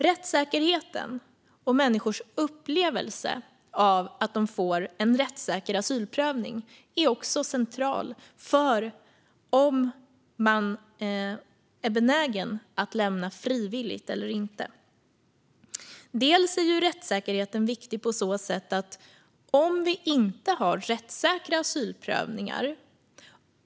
Rättssäkerheten - och människors upplevelse av att de får en rättssäker asylprövning - är också central för om man är benägen att lämna landet frivilligt eller inte. Det är viktigt att vi har rättssäkra asylprövningar.